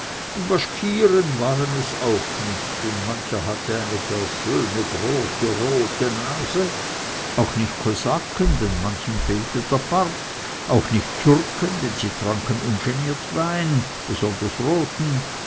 baschkiren waren es auch nicht denn mancher hatte eine gar schöne große rote nase auch nicht kosaken denn manchem fehlte der bart auch nicht türken denn sie tranken ungeniert wein besonders roten